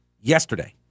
yesterday